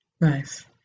nice